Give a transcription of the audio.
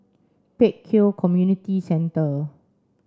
Pek Kio Community Centre